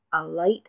Alight